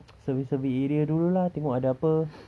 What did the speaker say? survey survey area dulu lah tengok ada apa